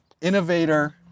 Innovator